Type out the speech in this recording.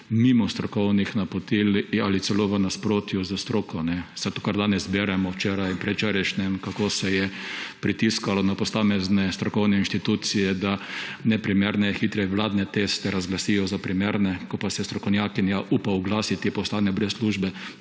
mimo strokovnih napotil ali celo v nasprotju s stroko. Vse to, kar danes beremo, včeraj in predvčerajšnjem, kako se je pritiskalo na posamezne strokovne inštitucije, da neprimerne in hitre vladne teste razglasijo za primerne, ko pa se strokovnjakinja upa oglasiti, pa ostane brez službe.